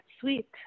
Sweet